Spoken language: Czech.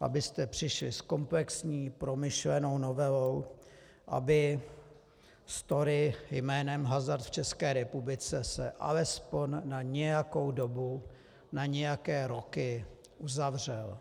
abyste přišli s komplexní promyšlenou novelou, aby story jménem hazard v České republice se alespoň na nějakou dobu, na nějaké roky uzavřela.